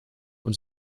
und